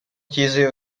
chiese